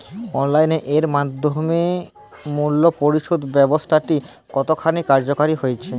Online এর মাধ্যমে মূল্য পরিশোধ ব্যাবস্থাটি কতখানি কার্যকর হয়েচে?